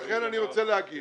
לכן אני רוצה להגיד